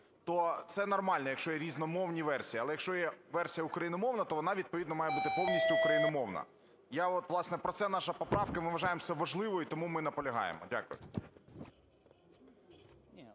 то це нормально, якщо є різномовна версії. Але якщо є версія україномовна, то вона відповідно має бути повністю україномовна. Я от, власне, про це наша поправка. Ми вважаємо це важливим і тому ми наполягаємо. Дякую.